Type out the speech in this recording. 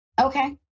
okay